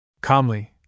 calmly